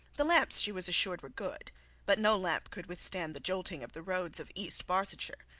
the lamps she was assured were good but no lamp could withstand the jolting of the roads of east barsetshire.